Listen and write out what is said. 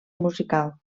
musical